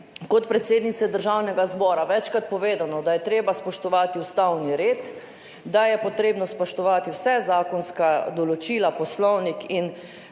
kot predsednice Državnega zbora večkrat povedano, da je treba spoštovati ustavni red, da je potrebno spoštovati vsa zakonska določila, poslovnik in